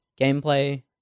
gameplay